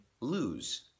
lose